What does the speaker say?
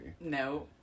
No